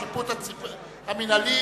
השיפוט והמינהל)